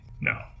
No